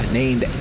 named